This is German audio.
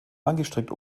langgestreckt